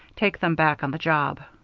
take them back on the job.